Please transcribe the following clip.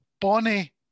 Bonnie